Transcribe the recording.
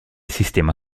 sistema